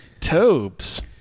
Tobes